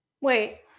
Wait